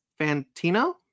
Fantino